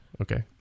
okay